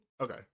Okay